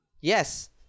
yes